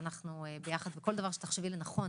ואנחנו ביחד בכל דבר שתחשבי לנכון,